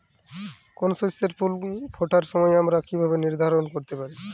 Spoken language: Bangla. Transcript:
কোনো শস্যের ফুল ফোটার সময় আমরা কীভাবে নির্ধারন করতে পারি?